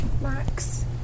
Max